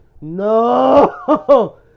No